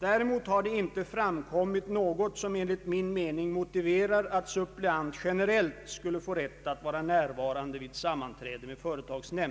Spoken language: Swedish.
Däremot har det inte framkommit något som enligt min mening motiverar att suppleant generellt skulle få rätt att vara närvarande vid sammanträde med företagsnämnd.